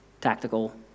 tactical